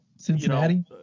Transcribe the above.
Cincinnati